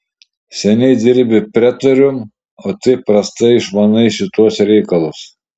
seniai dirbi pretorium o taip prastai išmanai šituos reikalus